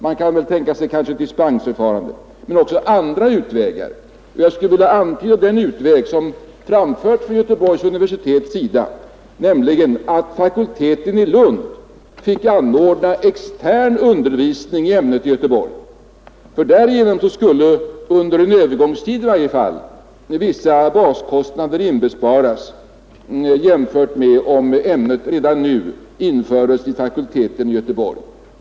Man kanske kan tänka sig ett dispensförfarande men också andra utvägar. Jag Nr 58 skulle vilja antyda den utväg som föreslagits av Göteborgs universitet, Fredagen den nämligen att fakulteten i Lund fick anordna extern undervisning i ämnet 14 april 1972 i Göteborg. Därigenom skulle i varje fall under en övergångstid vissa LAK Kn baskostnader inbesparas jämfört med om ämnet redan nu infördes vid umanistiska fakulteterna m.m. fakulteten i Göteborg.